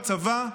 בצבא?